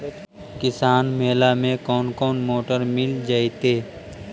किसान मेला में कोन कोन मोटर मिल जैतै?